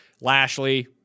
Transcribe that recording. Lashley